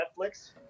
Netflix